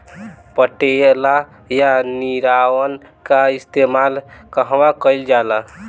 पटेला या निरावन का इस्तेमाल कहवा कइल जाला?